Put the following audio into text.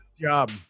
job